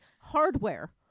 hardware